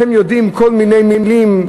הם יודעים כל מיני מילים,